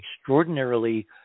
extraordinarily